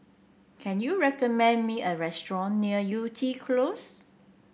can you recommend me a restaurant near Yew Tee Close